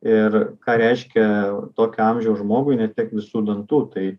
ir ką reiškia tokio amžiaus žmogui netek visų dantų tai